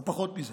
לא פחות מזה.